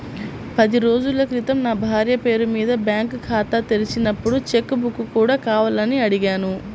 పది రోజుల క్రితం నా భార్య పేరు మీద బ్యాంకు ఖాతా తెరిచినప్పుడు చెక్ బుక్ కూడా కావాలని అడిగాను